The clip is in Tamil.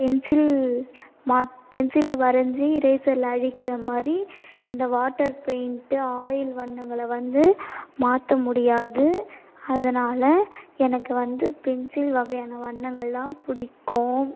பென்சில் மா பென்சில்ல வரைந்து இரேசரில் அழிக்கிறமாதிரி இந்த வாட்டர் பெயிண்ட்டு ஆயில் வண்ணங்களை வந்து மாற்ற முடியாது அதனால் எனக்கு வந்து பென்சில் வகையான வண்ணங்கள்தான் பிடிக்கும்